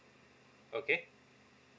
okay